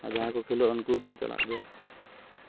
ᱟᱨ ᱡᱟᱦᱟᱸᱭ ᱠᱚ ᱠᱷᱮᱞᱳᱜᱼᱟ ᱩᱱᱠᱩ ᱦᱚᱸᱠᱚ ᱪᱟᱞᱟᱜ ᱜᱮᱭᱟ